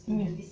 mm